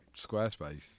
Squarespace